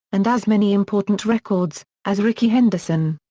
and as many important records, as rickey henderson.